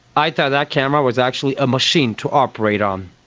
i thought that camera was actually a machine to operate on.